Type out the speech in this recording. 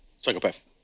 psychopath